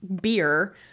beer